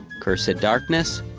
cursed darkness?